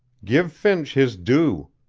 give finch his due.